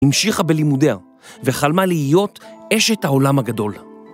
‫המשיכה בלימודיה ‫וחלמה להיות אשת העולם הגדול.